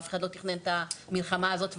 אף אחד לא תכנן את המלחמה הזאת,